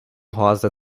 rosa